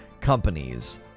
companies